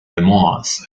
memoirs